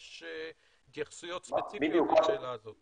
יש התייחסויות ספציפיות לשאלה הזאת.